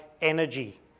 energy